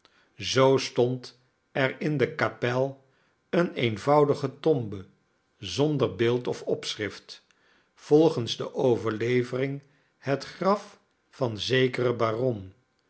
zoo stond er in de kapel eene eenvoudige tombe zonder beeld of opschrift volgens de overlevering het graf van zekeren baron